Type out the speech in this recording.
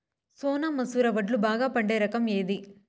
సోనా మసూర వడ్లు బాగా పండే రకం ఏది